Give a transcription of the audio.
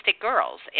girls